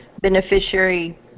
beneficiary